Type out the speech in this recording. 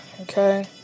Okay